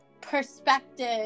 perspective